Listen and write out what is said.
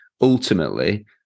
ultimately